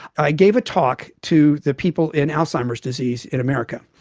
i gave a talk to the people in alzheimer's disease in america.